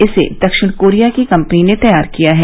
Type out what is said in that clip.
इसे दक्षिण कोरिया की कंपनी ने तैयार किया है